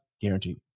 Guaranteed